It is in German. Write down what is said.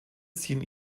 ziehen